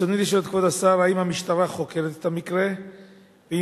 אולי יכול להנחות את המשטרה להראות נוכחות יתירה בימים האלה ברחוב,